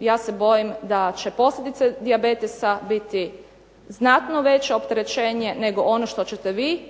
ja se bojim da će posljedice dijabetesa biti znatno veće opterećenje nego ono što ćete vi